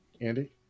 Andy